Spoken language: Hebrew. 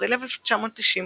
מאפריל 1990,